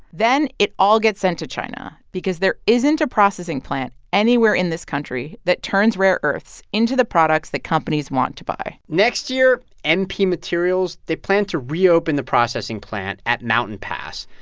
then it all gets sent to china because there isn't a processing plant anywhere in this country that turns rare earths into the products that companies want to buy next year, mp materials, they plan to reopen the processing plant at mountain pass.